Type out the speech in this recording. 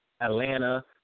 Atlanta